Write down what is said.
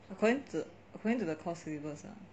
according to according to the course syllabus lah